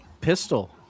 pistol